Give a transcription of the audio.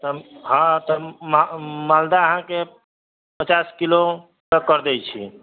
हँ तऽ मालदह अहाँके पचास किलो तक कर दै छी